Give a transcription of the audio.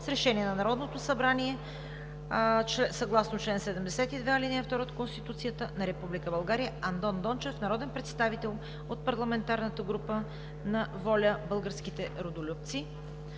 с решение на Народното събрание съгласно чл. 72, ал. 2 от Конституцията на Република. Андон Дончев – народен представител от парламентарната група на „ВОЛЯ – Българските Родолюбци“.“